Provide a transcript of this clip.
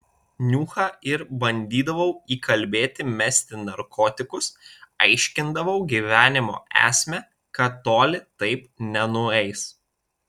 niuchą ir bandydavau įkalbėti mesti narkotikus aiškindavau gyvenimo esmę kad toli taip nenueis